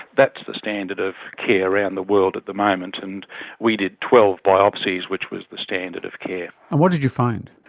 that's the standard of care around the world at the moment, and we did twelve biopsies which was the standard of care. and what did you find?